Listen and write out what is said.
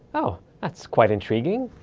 oh, that's quite intriguing!